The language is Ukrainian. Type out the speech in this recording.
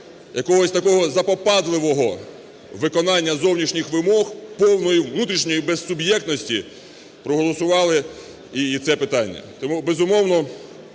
якогось такого запопадливого виконання зовнішніх вимог, повної внутрішньої безсуб'єктності, проголосували і це питання. Тому, безумовно,